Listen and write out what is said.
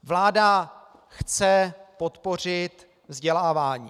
Vláda chce podpořit vzdělávání.